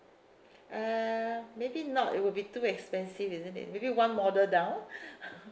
uh maybe not it would be too expensive isn't it maybe one model down